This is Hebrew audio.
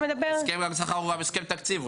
הסכם גג הוא הסכם תקציב,